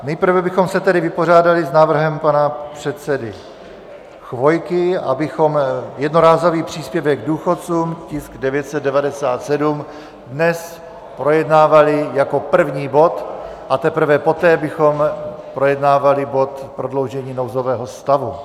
Nejprve bychom se tedy vypořádali s návrhem pana předsedy Chvojky, abychom jednorázový příspěvek důchodcům, tisk 997, dnes projednávali jako první bod, a teprve poté bychom projednávali bod prodloužení nouzového stavu.